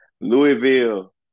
Louisville